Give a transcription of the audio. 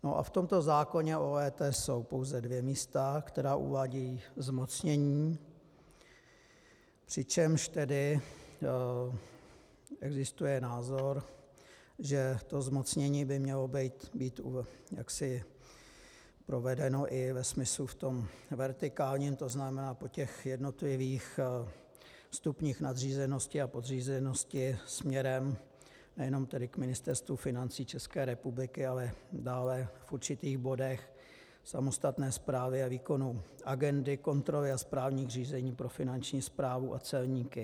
No a v tomto zákoně o EET jsou pouze dvě místa, která uvádějí zmocnění, přičemž tedy existuje názor, že to zmocnění by mělo být provedeno i ve smyslu vertikálním, to znamená po těch jednotlivých stupních nadřízenosti a podřízenosti směrem nejenom tedy k Ministerstvu financí České republiky, ale dále v určitých bodech samostatné správě výkonu agendy, kontroly a správních řízení pro Finanční správu a celníky.